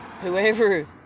whoever